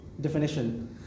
definition